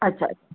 अच्छा